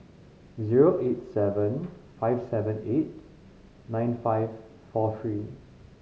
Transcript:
zero eight seven five seven eight nine five four three